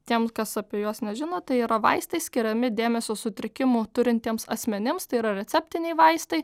tiems kas apie juos nežino tai yra vaistai skiriami dėmesio sutrikimų turintiems asmenims tai yra receptiniai vaistai